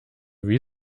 wie